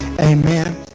amen